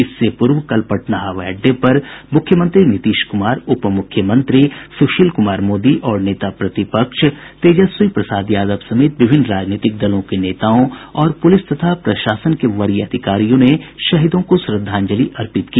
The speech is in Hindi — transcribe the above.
इससे पूर्व कल पटना हवाई अड्डे पर मुख्यमंत्री नीतीश कुमार उपमुख्यमंत्री सुशील कुमार मोदी और नेता प्रतिपक्ष तेजस्वी प्रसाद यादव समेत विभिन्न राजनीतिक दलों के नेताओं और पुलिस तथा प्रशासन के वरीय अधिकारियों ने शहीदों को श्रद्धांजलि अर्पित की